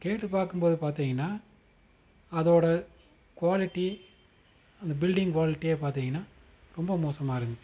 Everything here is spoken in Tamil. கேட்டுப் பார்க்கும்போது பார்த்தீங்கன்னா அதோடய குவாலிட்டி அந்த பில்டிங் குவாலிட்டியே பார்த்தீங்கன்னா ரொம்ப மோசமாக இருந்துச்சு